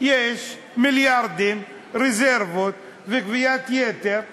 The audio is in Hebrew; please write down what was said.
יש מיליארדים, רזרבות וגביית יתר שקיימת.